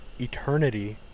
eternity